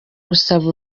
gusaba